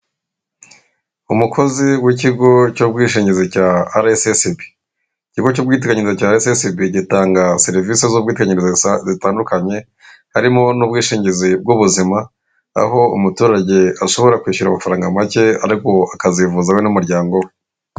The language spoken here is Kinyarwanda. Umukozi w'ikigo cy'ubwishingizi cya RSSB ikigo cy'ubwiteganyize cya RSSB gitanga serivisi z'ubwiteganyirize zitandukanye harimo n'ubwishingizi bw'ubuzima aho umuturage ashobora kwishyura amafaranga make ariko akazivuza we n'umuryango we.